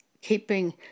keeping